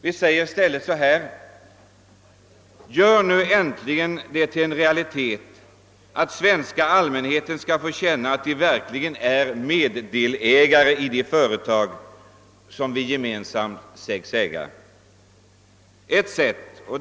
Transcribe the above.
Vi säger i stället så här: Gör det nu äntligen till en realitet att den svenska allmänheten får känna att den verkligen är meddelägare i de företag som vi säges gemensamt äga.